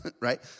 Right